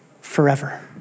forever